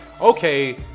okay